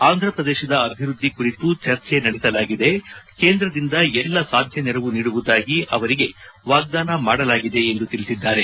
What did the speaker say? ಆಂಧ್ರಪ್ರದೇಶದ ಅಭಿವೃದ್ದಿ ಕುರಿತು ಚರ್ಚೆ ನಡೆಸಲಾಗಿದೆ ಕೇಂದ್ರದಿಂದ ಎಲ್ಲಾ ಸಾಧ್ಯ ನೆರವು ನೀಡುವುದಾಗಿ ಅವರಿಗೆ ವಾಗ್ವಾನ ಮಾಡಲಾಗಿದೆ ಎಂದು ತಿಳಿಸಿದ್ದಾರೆ